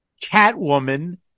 Catwoman